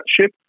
ship